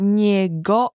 niego